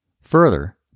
Further